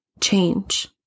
change